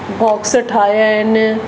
box ठाहिया आहिनि